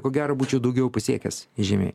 ko gero būčiau daugiau pasiekęs žymiai